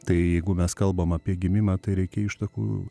tai jeigu mes kalbam apie gimimą tai reikia ištakų